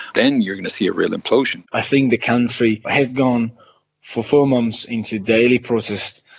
then you're going to see a real implosion. i think the country has gone for four months into daily protest,